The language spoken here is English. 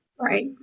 Right